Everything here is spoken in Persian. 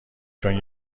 چون